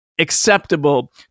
acceptable